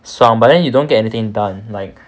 爽 but then you don't get anything done like